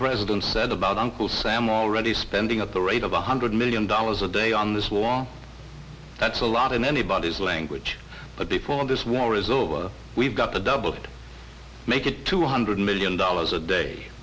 president said about uncle sam already spending at the rate of one hundred million dollars a day on this long that's a lot in anybody's language but before this war is over we've got to double to make it two hundred million dollars a day